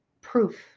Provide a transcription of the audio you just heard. proof